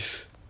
ya lor